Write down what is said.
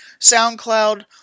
SoundCloud